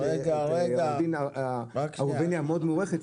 עורך דין ראובני המאוד מוערכת,